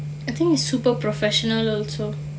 I think he's super professional also